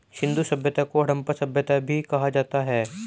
सिंधु सभ्यता को हड़प्पा सभ्यता भी कहा जाता है